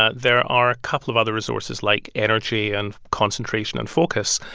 ah there are a couple of other resources, like energy and concentration and focus,